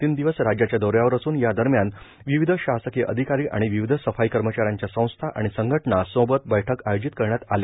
तीन दिवस राज्याच्या दौऱ्यावर असून या दरम्यान विविध शासकीय अधिकारी आणि विविध सफाई कर्मचाऱ्यांच्या संस्था आणि संघटना सोबत बैठकी आयोजित करण्यात आल्या